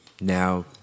now